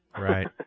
Right